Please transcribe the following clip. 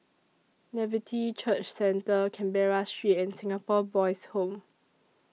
Nativity Church Centre Canberra Street and Singapore Boys' Home